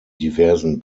diversen